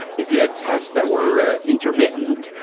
if you had tests that were intermittent,